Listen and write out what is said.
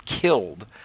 killed